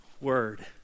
word